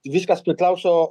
viskas priklauso